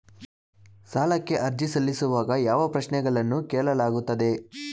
ಸಾಲಕ್ಕೆ ಅರ್ಜಿ ಸಲ್ಲಿಸುವಾಗ ಯಾವ ಪ್ರಶ್ನೆಗಳನ್ನು ಕೇಳಲಾಗುತ್ತದೆ?